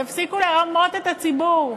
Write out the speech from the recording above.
תפסיקו לרמות את הציבור,